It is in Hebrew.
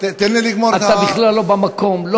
אז תן לי לגמור את, אתה בכלל לא במקום, טוב.